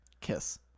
kiss